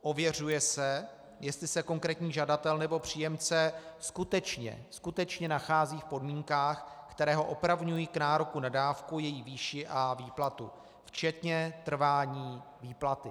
Ověřuje se, jestli se konkrétní žadatel nebo příjemce skutečně, skutečně nachází v podmínkách, které ho opravňují k nároku na dávku, její výši a výplatu včetně trvání výplaty.